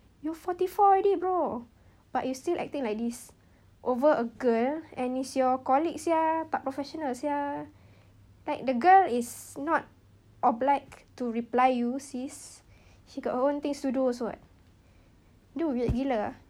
you forty four already bro but you still acting like this over a girl and it's your colleague [sial] tak professional [sial] like the girl is not obliged to reply you sis she got her own things to do also [what] dude weird gila ah